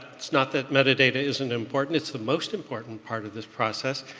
it's not that metadata isn't important. it's the most important part of this process.